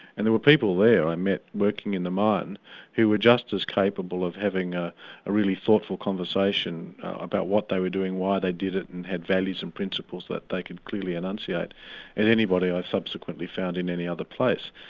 and there were people there i met working in the mine who were just as capable of having a really thoughtful conversation about what they were doing, why they did it and had values and principles that they could clearly enunciate than and anybody i subsequently found in any other place.